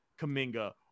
Kaminga